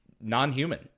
non-human